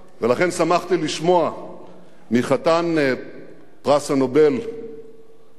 ולכן שמחתי לשמוע מחתן פרס נובל הטרי,